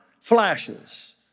flashes